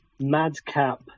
Madcap